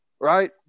right